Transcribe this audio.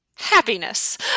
happiness